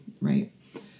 right